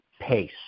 PACE